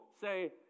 say